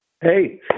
Hey